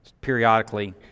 periodically